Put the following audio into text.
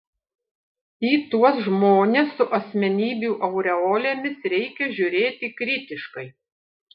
į tuos žmones su asmenybių aureolėmis reikia žiūrėti kritiškai